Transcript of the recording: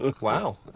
Wow